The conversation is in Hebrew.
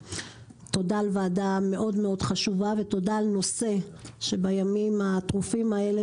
תודה על כינוס ישיבה חשובה ותודה עבור העלאת נושא שבימים הטרופים האלה